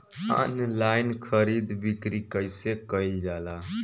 Online खरीद बिक्री कइसे कइल जाला?